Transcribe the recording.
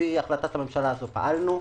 לפי החלטת הממשלה, פעלנו,